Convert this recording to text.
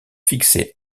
fixer